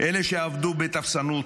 אלה שעבדו בטפסנות,